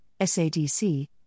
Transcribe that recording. SADC